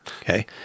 Okay